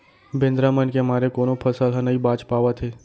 बेंदरा मन के मारे कोनो फसल ह नइ बाच पावत हे